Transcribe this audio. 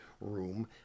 room